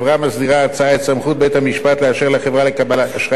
ההצעה את סמכות בית-המשפט לאשר לחברה לקבל אשראי חדש.